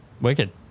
wicked